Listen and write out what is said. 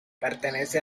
pertenece